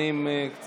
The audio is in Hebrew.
שומעים כלום.